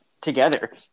together